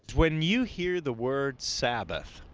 when you hear the word sabbath,